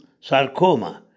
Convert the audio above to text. sarcoma